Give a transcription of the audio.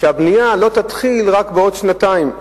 שהבנייה לא תתחיל, רק בעוד שנתיים.